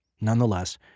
Nonetheless